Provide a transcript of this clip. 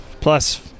Plus